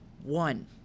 One